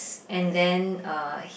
and then uh